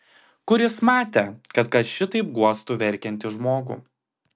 kur jis matė kad kas šitaip guostų verkiantį žmogų